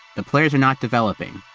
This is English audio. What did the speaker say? the players are not developing.